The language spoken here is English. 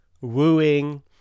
Wooing